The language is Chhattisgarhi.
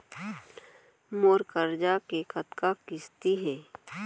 मोर करजा के कतका किस्ती हे?